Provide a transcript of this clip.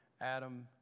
Adam